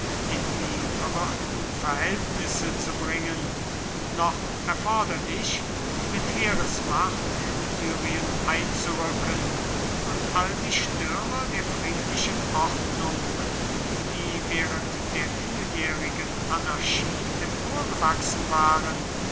in die verwirrten verhältnisse zu bringen noch erforderlich mit heeresmacht in syrien einzurücken und all die störer der friedlichen ordnung die während der vieljährigen anarchie emporgewachsen waren